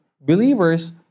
believers